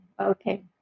okay